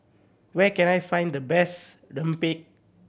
where can I find the best rempeyek